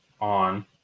on